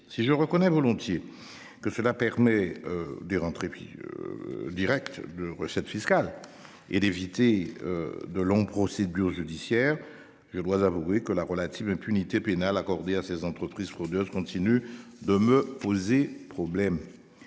si je reconnais volontiers que cela permet des rentrées puis. Directe de recettes fiscales et d'éviter. De longs procédure judiciaire. Je dois avouer que la relative impunité pénale accordée à ces entreprises fraudeuses continue de me poser problème